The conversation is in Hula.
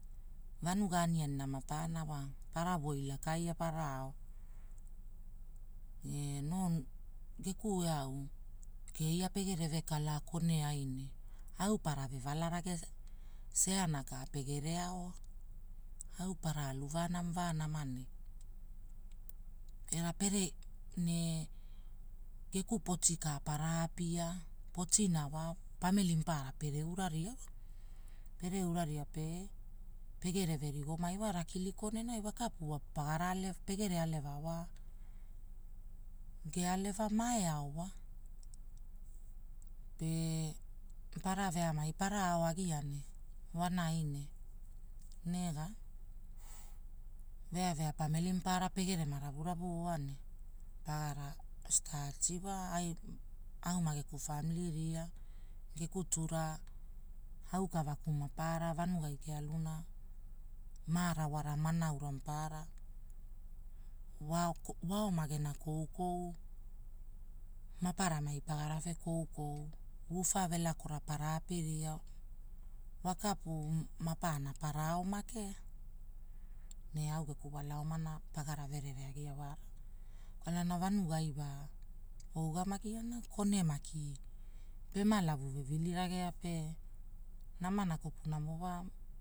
Vanua aniani na mapararana wa, para woi lakaia ne para ao. Ne noo geku eau, keia pegereve kalaa kone ai, ne au parave vala rage ceana ka pegere aoa. Au para alu vaa nama vaa nama ne, era pere ne, geku poti ka para apia, poti wa pamili maparana pere uraria wa, pere ura ria pe, pege neverigomai wa rakili konenai Wakapu wa pagaral, pegere aleva wa. Gealave maeo wa. Pe, para veamai para aoagia ne, wanai ne, rega, vea vea pamili mapaara mape gere ravu ravu oa ne, pagara, staati wa, ai, au mageku famili ria, geku tuura aukavaku mapaara vanai gealuna, marawara manaura mapaara waoma koukou. Maparamai pagarave koukou. Woofa velakera para apiria, wakapu maparana para ao makea. Ne au geku wala omana pagara verereagia wara, kwalana vanuai wa, ougamagiana kone maki pema lavu vevili ragea pe, namana kopunamo wa